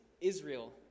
Israel